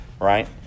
right